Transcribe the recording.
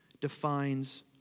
defines